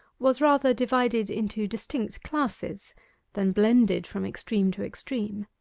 was rather divided into distinct classes than blended from extreme to extreme.